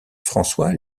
françois